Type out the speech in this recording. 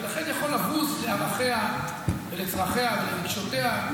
ולכן יכול לבוז לערכיה ולצרכיה ולרגשותיה,